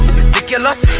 ridiculous